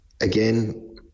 again